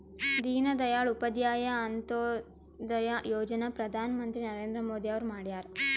ದೀನ ದಯಾಳ್ ಉಪಾಧ್ಯಾಯ ಅಂತ್ಯೋದಯ ಯೋಜನಾ ಪ್ರಧಾನ್ ಮಂತ್ರಿ ನರೇಂದ್ರ ಮೋದಿ ಅವ್ರು ಮಾಡ್ಯಾರ್